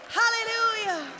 hallelujah